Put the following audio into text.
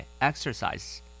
Exercise